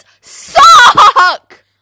suck